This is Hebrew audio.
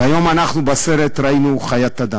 והיום אנחנו ראינו בסרט חיית אדם.